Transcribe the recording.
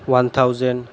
one thousand